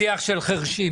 שיח של חירשים.